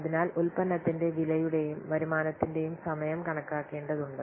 അതിനാൽ ഉൽപ്പന്നത്തിന്റെ വിലയുടെയും വരുമാനത്തിൻറെയും സമയം കണക്കാക്കേണ്ടതുണ്ട്